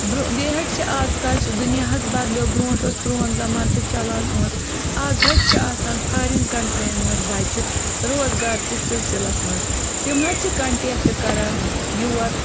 برٛو بیٚیہِ حظ چھِ آزکَل چھِ دُنیا حظ بَدلیو برٛونٛٹھ اوس پرٛون زَمانہٕ تہٕ چَلان اوس آز حظ چھِ آسان فارِن کَنٹرٛیٖیَن منٛز بَچہِ روزگار کِس سِلسِلَس منٛز تِم حظ چھِ کَنٹیکٹ کَران یور